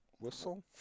whistle